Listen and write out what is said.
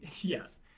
yes